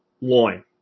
loin